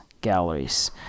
galleries